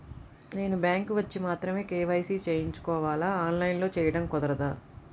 నేను బ్యాంక్ వచ్చి మాత్రమే కే.వై.సి చేయించుకోవాలా? ఆన్లైన్లో చేయటం కుదరదా?